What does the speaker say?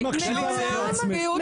מקשיבה רק לעצמך.